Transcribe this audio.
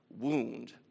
wound